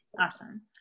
awesome